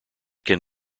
can